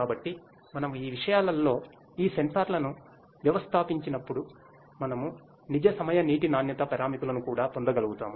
కాబట్టి మనము ఈ విషయాలలో ఈ సెన్సార్లను వ్యవస్థాపించినప్పుడు మనము నిజ సమయ నీటి నాణ్యత పారామితులను కూడా పొందగలుగుతాము